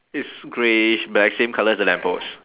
it's greyish black same colour as the lamp post